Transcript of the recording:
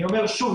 אני אומר שוב,